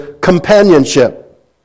companionship